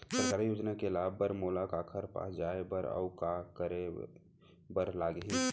सरकारी योजना के लाभ बर मोला काखर पास जाए बर अऊ का का करे बर लागही?